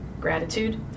gratitude